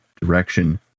direction